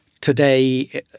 today